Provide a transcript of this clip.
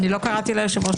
לא קראתי ליושב-ראש שקרן.